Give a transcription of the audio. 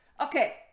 Okay